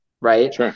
right